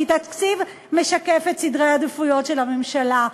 כי תקציב משקף את סדרי העדיפויות של הממשלה.